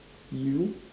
you